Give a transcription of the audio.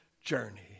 journey